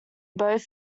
both